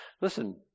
Listen